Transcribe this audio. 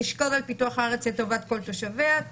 תשקוד על פיתוח הארץ לטובת כל תושביה,